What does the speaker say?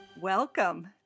Welcome